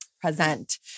Present